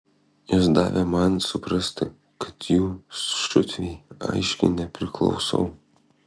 jos davė man suprasti kad jų šutvei aiškiai nepriklausau